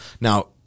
Now